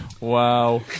Wow